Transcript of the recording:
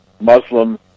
Muslim